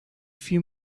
few